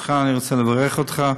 ברשותך, אני רוצה לברך אותך.